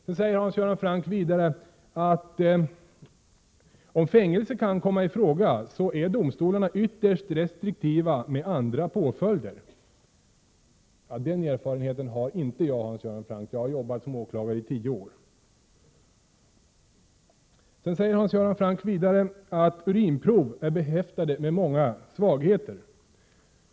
Sedan säger Hans Göran Franck vidare att domstolarna är ytterst restriktiva med andra påföljder om fängelse kan komma i fråga. Den erfarenheten har inte jag, Hans Göran Franck. Jag har arbetat som åklagare i tio år. Hans Göran Franck säger att urinprov är behäftade med många svagheter.